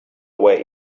way